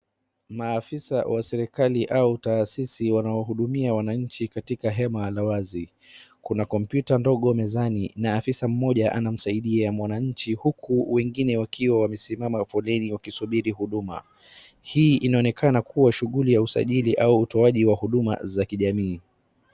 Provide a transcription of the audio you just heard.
Maafisa wa serikalia au taasisi wanawahudumia wananchi katika hema la wazi. Kuna kompyuta ndogo mezani na afisa mmoja anamsaidia mwananchi huku wengine wakiwa wamesimama foleni wakisubiri huduma. Hii inaoneka kuwa shughuli ya usajili au utoajiwa huduma za kijamii.